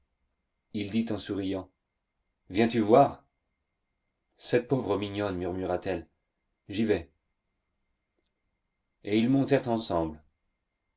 il dit en souriant viens-tu voir cette pauvre mignonne murmura-t-elle j'y vais et ils montèrent ensemble